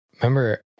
Remember